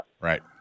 right